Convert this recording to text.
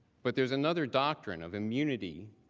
but there is another doctrine of immunity